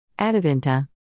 Adavinta